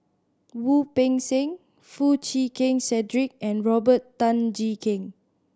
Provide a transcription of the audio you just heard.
Wu Peng Seng Foo Chee Keng Cedric and Robert Tan Jee Keng